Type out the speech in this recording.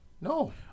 no